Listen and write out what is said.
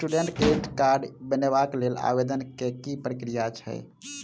Student credit card बनेबाक लेल आवेदन केँ की प्रक्रिया छै?